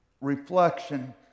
reflection